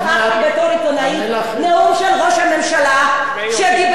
נאום של ראש הממשלה שאמר על עיתונאים: "הם מפחדים".